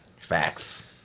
Facts